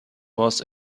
was